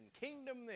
kingdom